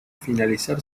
finalizar